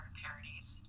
parodies